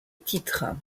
titre